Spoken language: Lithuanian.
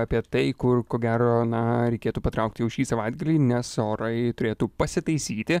apie tai kur ko gero na reikėtų patraukt jau šį savaitgalį nes orai turėtų pasitaisyti